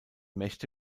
mächte